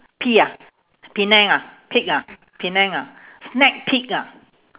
P ah penang ah peek ah penang ah snack peek ah